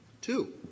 Two